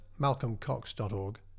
malcolmcox.org